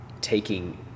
taking